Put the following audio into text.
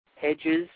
Hedges